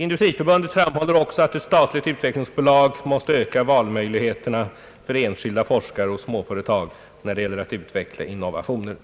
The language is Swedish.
Industriförbundet framhåller också att ett statligt utvecklingsbolag måste öka valmöjligheterna för enskilda forskare och småföretag, när det gäller att utveckla innovationer.